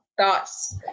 thoughts